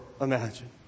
imagine